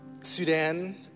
Sudan